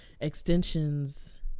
extensions